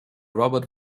robert